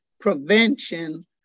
prevention